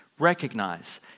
recognize